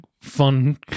fun